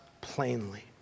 plainly